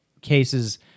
cases